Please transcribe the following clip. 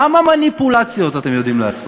כמה מניפולציות אתם יודעים לעשות.